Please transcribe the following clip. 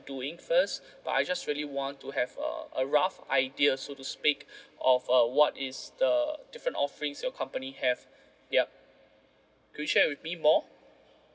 doing first but I just really want to have a a rough idea so to speak of uh what is the different offerings your company have yup could you share with me more